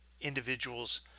individuals